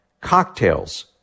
cocktails